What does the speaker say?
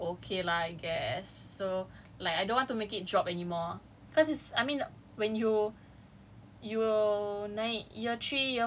cause when you freeze your C_A_P then cause of my C_A_P now is is okay lah I guess so like I don't want to make it drop anymore cause is I mean when you